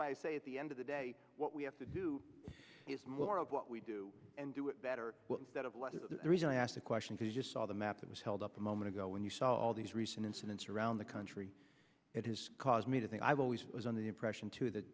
why i say at the end of the day what we have to do is more of what we do and do it better instead of less of the reason i asked the question to you just saw the map that was held up a moment ago when you saw all these recent incidents around the country it has caused me to think i've always was on the impression too that